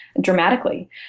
dramatically